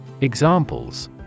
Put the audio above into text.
Examples